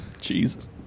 Jesus